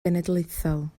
genedlaethol